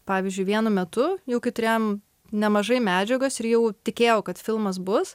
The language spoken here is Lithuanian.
pavyzdžiui vienu metu jau turėjom nemažai medžiagos ir jau tikėjau kad filmas bus